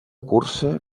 cursa